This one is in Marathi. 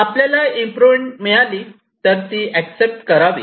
आपल्याला इम्प्रोवमेंट मिळाली तर ती एक्सेप्ट करावे